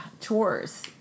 chores